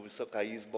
Wysoka Izbo!